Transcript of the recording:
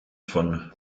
von